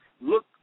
look